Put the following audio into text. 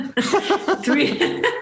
three